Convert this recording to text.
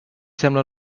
sembla